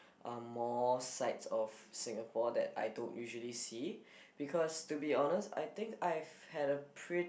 uh more sides of Singapore that I don't usually see because to be honest I think I've had a pre~